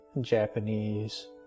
Japanese